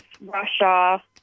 Russia